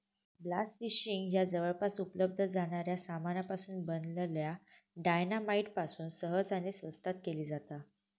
blast fishing ह्या जवळपास उपलब्ध जाणाऱ्या सामानापासून बनलल्या डायना माईट पासून सहज आणि स्वस्तात केली जाता